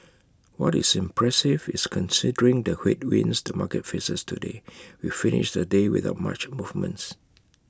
what is impressive is considering the headwinds the market faces today we finished the day without much movements